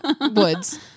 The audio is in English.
Woods